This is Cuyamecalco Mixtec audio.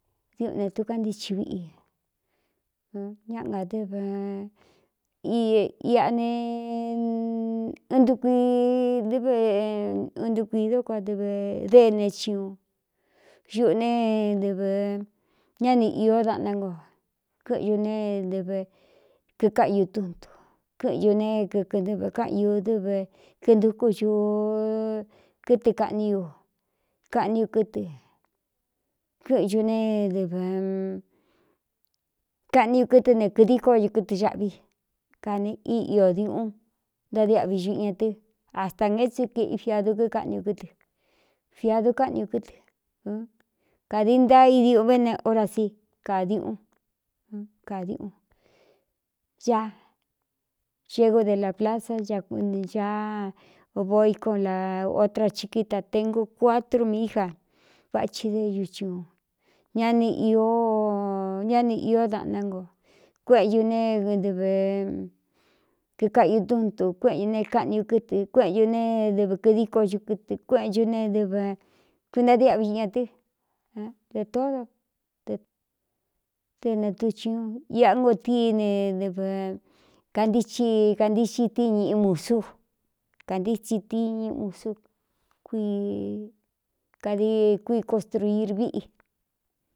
Diuꞌune tukantíchi viꞌi ñaꞌa nga dɨv iꞌa ne n ndukui dɨve ɨn ntukui dó kuā dɨv déne chiuun ñuꞌu neɨv ñáni īó daꞌná nko kɨꞌɨn ñu ne dɨve kikáꞌñu túntu kɨ́ꞌɨn ñu ne kɨkɨntɨvē káꞌn ñū dɨve kintukú ñūú kɨtɨ kaꞌní u kaꞌní u kɨ́ tɨ kɨ́ꞌɨn ñu ne dɨvɨ kaꞌni u kɨtɨ ne kīdíko ñukɨ́tɨ xaꞌví kane íiō diuꞌún ntádiꞌvi ñuꞌu ña tɨ asta ng é tsɨ keꞌi fiadu kíkáꞌni u kɨ́tɨ fiadu káꞌni u kɨ́tɨ kādiíi ntaa ídiuꞌuvé ne hóra si kādiuꞌun kādiuꞌun ñaa xegú de lā plasa ñak caa boicó la otra chi kíta tengu kuatrú mí ja váchi de ñuchiuun ññáni īó daꞌná ngo kuéꞌen cu ne nɨve kikaꞌñū túntū kuéꞌentu ne kaꞌni u kɨtɨ kueꞌēn cu ne dɨve kidíkoñu kɨtɨ kueꞌēn cu ne dɨvɨ kuintadiáꞌvi ña tɨ de tóódo ete nɨtuchiuun iꞌa ngo tíine ɨv kantíchi kāntíxin tíi ñ ꞌi musú kāntítsin tiñɨ musú k kādi kui konstruir víꞌi.